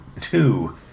Two